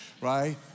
right